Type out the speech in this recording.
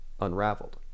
unraveled